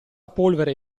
polvere